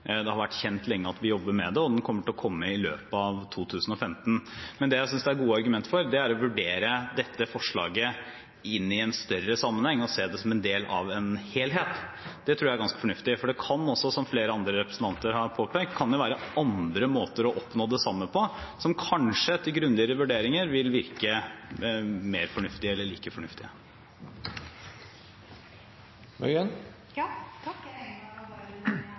Det har vært kjent lenge at vi jobber med den, og den kommer til å komme i løpet av 2015. Men det jeg synes det er gode argument for, er å vurdere dette forslaget inn i en større sammenheng og se det som en del av en helhet. Det tror jeg er ganske fornuftig, for det kan også, som flere andre representanter har påpekt, være andre måter å oppnå det samme på, som kanskje etter grundigere vurderinger vil virke mer fornuftig – eller like fornuftig. Takk, jeg